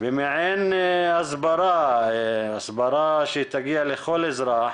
במעין הסברה שתגיע לכל אזרח